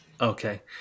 Okay